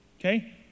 Okay